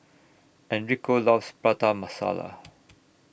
Enrico loves Prata Masala